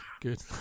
good